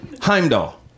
Heimdall